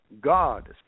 God